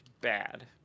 bad